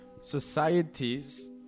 societies